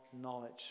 knowledge